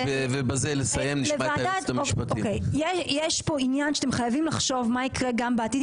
יש כאן עניין שאתם חייבים לחשוב מה יקרה גם בעתיד,